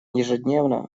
ежедневно